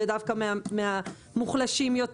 ודווקא מהמוחלשות יותר,